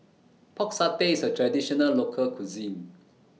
Pork Satay IS A Traditional Local Cuisine